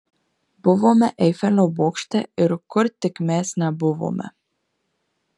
buvome eifelio bokšte ir kur tik mes nebuvome